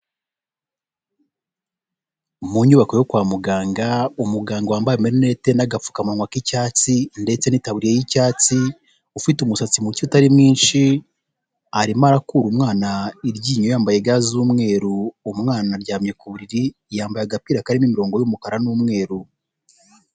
Mu nyubako yo kwa muganga umuganga wambaye amarineti n'agapfukamunwa k'icyatsi ndetse n'itaburiya y'icyatsi ufite umusatsi muke utari mwinshi arimo arakura umwana iryinyo yambaye ga z'umweru umwana aryamye ku buriri yambaye agapira karimo imirongo y'umukara n'umweru.